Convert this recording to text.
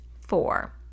four